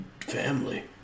family